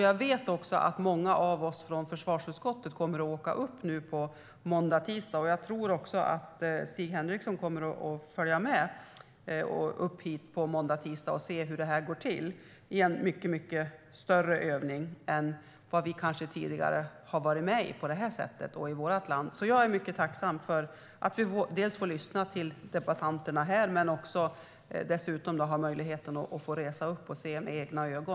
Jag vet också att många av oss från försvarsutskottet kommer att åka upp nu på måndag och tisdag, och jag tror att Stig Henriksson kommer att följa med för att se hur det här går till. Det är en mycket större övning än vi i vårt land kanske tidigare har deltagit i på det här sättet. Jag är alltså mycket tacksam för att vi får lyssna till debattörerna här och dessutom för att vi har möjlighet att resa upp och se detta med egna ögon.